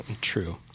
True